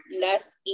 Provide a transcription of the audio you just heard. less